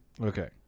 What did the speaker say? Okay